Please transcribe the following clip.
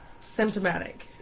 symptomatic